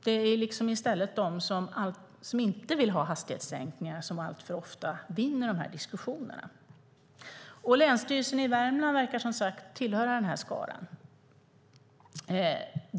Det är i stället de som inte vill ha hastighetssänkningar som alltför ofta vinner diskussionerna. Länsstyrelsen i Värmland verkar tillhöra den skaran.